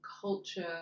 culture